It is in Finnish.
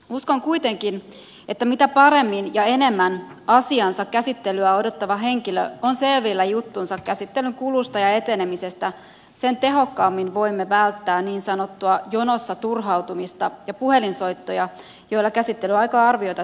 uskon kuitenkin että mitä paremmin ja enemmän asiansa käsittelyä odottava henkilö on selvillä juttunsa käsittelyn kulusta ja etenemisestä sen tehokkaammin voimme välttää niin sanottua jonossa turhautumista ja puhelinsoittoja joilla käsittelyaika arvioita selvitellään